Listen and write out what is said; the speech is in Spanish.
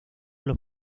los